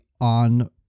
on